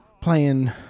Playing